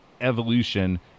evolution